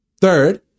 Third